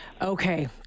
okay